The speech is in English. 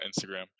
Instagram